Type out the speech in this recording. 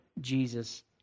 jesus